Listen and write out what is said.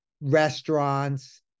restaurants